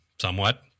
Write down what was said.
Somewhat